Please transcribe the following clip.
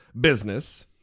business